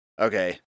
okay